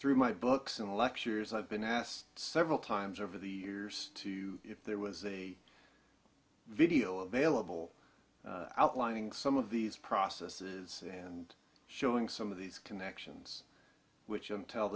through my books and lectures i've been asked several times over the years too if there was a video available outlining some of these processes and showing some of these connections which i tell